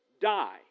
die